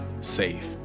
safe